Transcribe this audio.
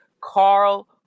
Carl